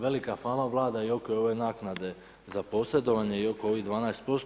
Velika fama Vlada i oko ove naknade za posredovanje i oko ovih 12%